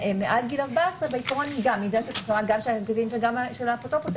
מעל גיל 14 נדרשת הסכמה גם של הקטין וגם של האפוטרופוס,